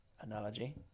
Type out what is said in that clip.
analogy